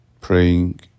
Praying